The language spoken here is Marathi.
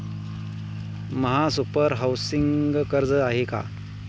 महासुपर हाउसिंग कर्ज आहे का?